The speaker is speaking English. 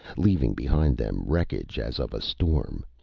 leaving behind them wreckage as of a storm.